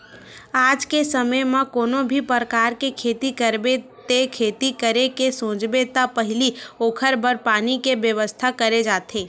आज के समे म कोनो भी परकार के खेती करबे ते खेती करे के सोचबे त पहिली ओखर बर पानी के बेवस्था करे जाथे